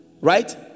right